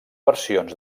versions